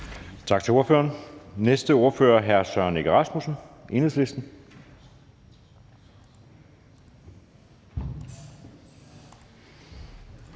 Tak til hr. Per Larsen. Næste ordfører er hr. Søren Egge Rasmussen, Enhedslisten.